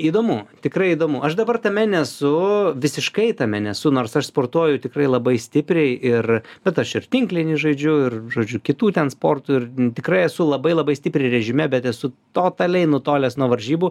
įdomu tikrai įdomu aš dabar tame nesu visiškai tame nesu nors aš sportuoju tikrai labai stipriai ir bet aš ir tinklinį žaidžiu ir žodžiu kitų ten sportų ir tikrai esu labai labai stipriai režime bet esu totaliai nutolęs nuo varžybų